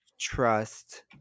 trust